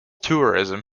tourism